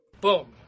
Boom